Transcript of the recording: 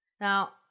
Now